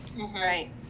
Right